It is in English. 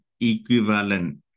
equivalent